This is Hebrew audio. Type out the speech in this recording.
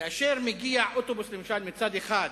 כאשר מגיע אוטובוס, למשל, מצד אחד,